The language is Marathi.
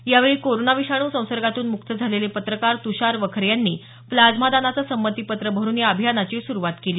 यावेळी कोरोना विषाणू संसर्गातून मुक्त झालेले पत्रकार तुषार वखरे यांनी प्लाझ्मा दानाचे संमतीपत्र भरुन या अभियानाची सुरुवात केली